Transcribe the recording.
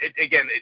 again